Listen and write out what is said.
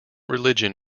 religion